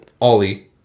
Ollie